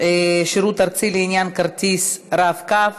שירות ארצי לעניין כרטיס "רב-קו"),